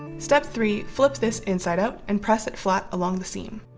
step three. flip this inside out and press it flat along the seam.